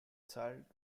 salt